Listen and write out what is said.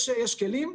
יש כלים.